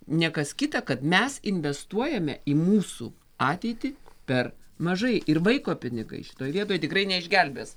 ne kas kita kad mes investuojame į mūsų ateitį per mažai ir vaiko pinigai šitoj vietoj tikrai neišgelbės